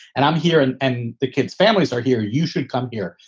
and i'm here and and the kids families are here. you should come here.